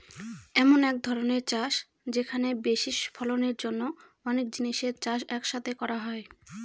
এমন এক ধরনের চাষ যেখানে বেশি ফলনের জন্য অনেক জিনিসের চাষ এক সাথে করা হয়